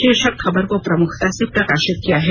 शीर्षक खबर को प्रमुखता से प्रकाशित किया है